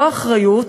לא אחריות,